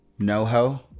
NoHo